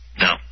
No